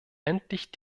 endlich